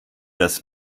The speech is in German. das